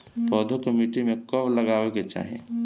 पौधे को मिट्टी में कब लगावे के चाही?